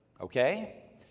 Okay